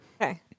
Okay